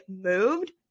moved